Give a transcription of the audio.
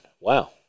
Wow